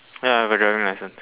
ya I got driving licence